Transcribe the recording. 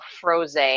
Froze